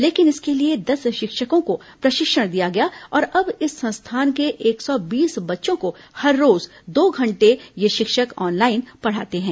लेकिन इसके लिए दस शिक्षकों को प्रशिक्षण दिया गया और अब इस संस्थान के एक सौ बीस बच्चों को हर रोज दो घंटे ये शिक्षक ऑनलाइन पढ़ाते हैं